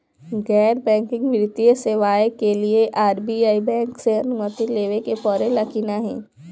गैर बैंकिंग वित्तीय सेवाएं के लिए आर.बी.आई बैंक से अनुमती लेवे के पड़े ला की नाहीं?